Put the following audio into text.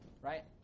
right